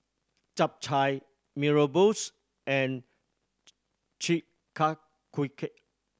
Chap Chai Mee Rebus and Chi Kak Kuih